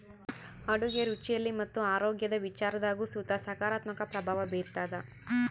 ಅಡುಗೆ ರುಚಿಯಲ್ಲಿ ಮತ್ತು ಆರೋಗ್ಯದ ವಿಚಾರದಾಗು ಸುತ ಸಕಾರಾತ್ಮಕ ಪ್ರಭಾವ ಬೀರ್ತಾದ